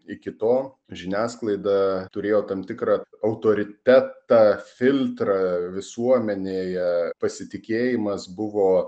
iki to žiniasklaida turėjo tam tikrą autoritetą filtrą visuomenėje pasitikėjimas buvo